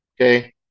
okay